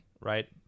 right